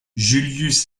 julius